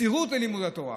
מסירות ולימוד התורה.